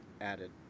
added